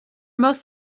most